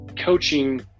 coaching